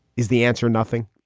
is the answer nothing?